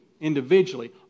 individually